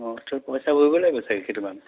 অঁ পইচা ভৰিব লাগিব চাগে সেইটকামান